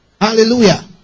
Hallelujah